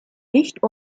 nicht